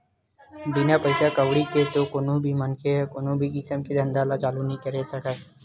बिना पइसा कउड़ी के तो कोनो भी मनखे ह कोनो भी किसम के धंधा ल चालू तो करे नइ सकय